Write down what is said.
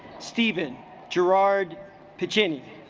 steven gerrard puccini